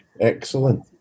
excellent